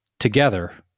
together